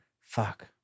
Fuck